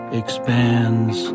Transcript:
expands